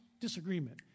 disagreement